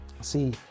See